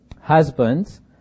Husbands